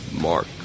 Mark